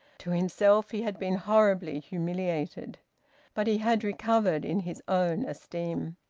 to himself he had been horribly humiliated but he had recovered in his own esteem.